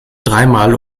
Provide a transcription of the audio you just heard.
dreimal